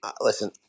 listen